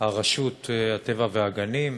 ברשות הטבע והגנים,